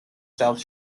south